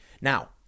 Now